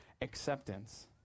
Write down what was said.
acceptance